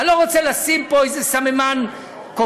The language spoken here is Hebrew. אני לא רוצה לשים פה איזה סממן כופה,